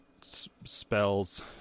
spells